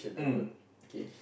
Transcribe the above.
mm okay